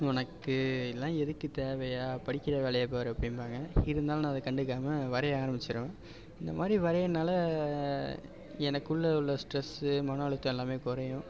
உனக்கு இதெல்லாம் எதுக்குத் தேவையா படிக்கிற வேலையைப் பார் அப்படிம்பாங்க இருந்தாலும் நான் அதை கண்டுக்காமல் வரைய ஆரம்பிச்சுடுவேன் இந்த மாதிரி வரையன்னால எனக்குள்ளே உள்ள ஸ்ட்ரெஸ்ஸு மன அழுத்தம் எல்லாமே குறையும்